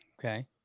Okay